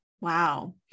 Wow